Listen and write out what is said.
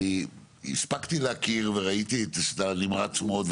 אני הספקתי להכיר וראיתי שאתה נמרץ מאוד,